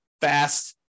fast